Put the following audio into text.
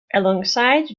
alongside